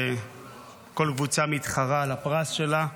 וכל קבוצה מתחרה על הפרס שלה.